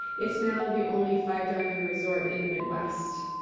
it's now the only five-diamond resort in the midwest.